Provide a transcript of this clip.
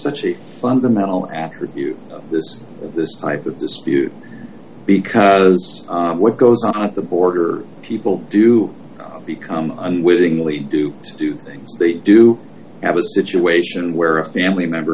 such a fundamental after this this type of dispute because what goes on at the border people do become unwittingly do two things they do have a situation where a family member